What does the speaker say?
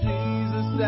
Jesus